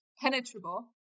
Penetrable